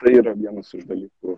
tai yra vienas iš dalykų